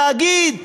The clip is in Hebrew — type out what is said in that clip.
להגיד: